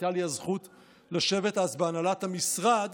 הייתה לי הזכות לשבת אז בהנהלת המשרד